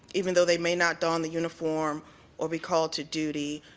even though they may not don the uniform or be called to duty,